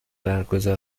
برگزار